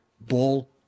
ball